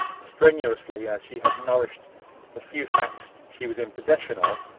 strenuously as she had nourished the few facts she was in possession of,